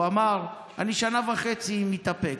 הוא אמר: אני שנה וחצי מתאפק,